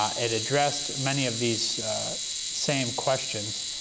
um it addressed many of these same questions,